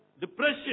depression